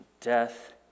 death